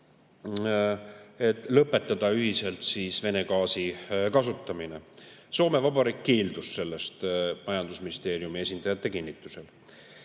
lõpetada ühiselt Vene gaasi kasutamine. Soome Vabariik keeldus sellest majandusministeeriumi esindajate kinnitusel.